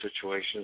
situations